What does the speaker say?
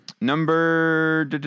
Number